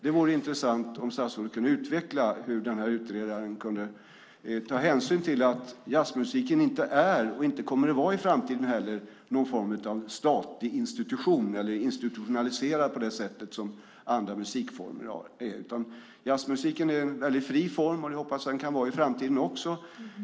Det vore intressant om statsrådet kunde utveckla hur utredaren kan ta hänsyn till att jazzmusiken inte är, och inte heller i framtiden kommer att vara, någon form av statlig institution eller institutionaliserad på det sätt som många andra musikformer är. Jazzmusiken är en fri form, och det hoppas jag att den kan vara i framtiden också.